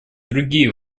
другие